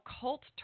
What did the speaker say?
cult